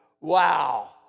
wow